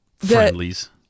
Friendlies